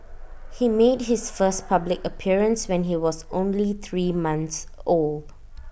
he made his first public appearance when he was only three month old